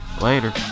Later